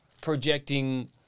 projecting